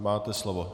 Máte slovo.